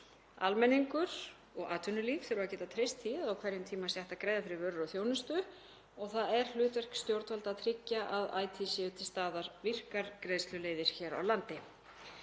Almenningur og atvinnulíf þurfa að geta treyst því að á hverjum tíma sé hægt að greiða fyrir vörur og þjónustu og það er hlutverk stjórnvalda að tryggja að ætíð séu til staðar virkar greiðsluleiðir hér á landi.